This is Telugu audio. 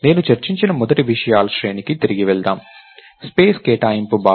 నేను చర్చించిన మొదటి విషయాల శ్రేణి కి తిరిగి వెళ్దాం స్పేస్ కేటాయింపు భావన